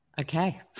Okay